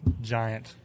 Giant